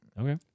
Okay